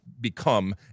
become